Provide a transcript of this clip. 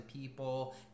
people